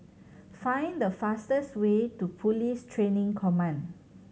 find the fastest way to Police Training Command